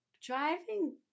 driving